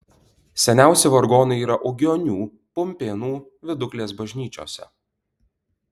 seniausi vargonai yra ugionių pumpėnų viduklės bažnyčiose